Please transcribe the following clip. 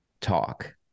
talk